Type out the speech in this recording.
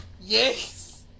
Yes